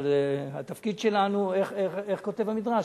אבל התפקיד שלנו, איך כותב המדרש?